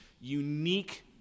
unique